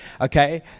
Okay